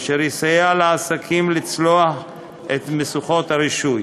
אשר יסייע לעסקים לצלוח את משוכות הרישוי.